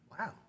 wow